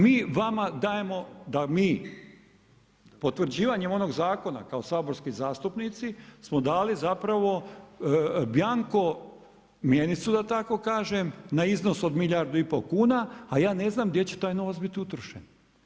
Mi vama dajemo da mi, potvrđivanje onog zakona kao saborski zastupnici, smo dali, zapravo bianco mjenicu, da tako kažem, na iznos od milijardu i pol kuna, a ja ne znam, gdje će taj novac biti utrošen.